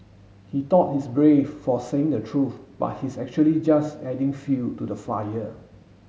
he thought he's brave for saying the truth but he's actually just adding fuel to the fire